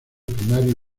primario